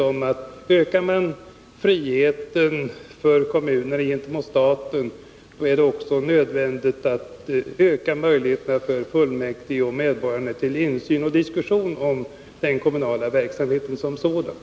Om man ökar kommunernas frihet gentemot staten, är det också nödvändigt att man ökar möjligheterna för fullmäktige och medborgarna till insyn i och diskussion om den kommunala verksamheten som sådan.